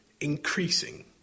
increasing